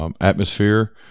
Atmosphere